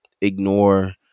ignore